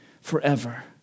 forever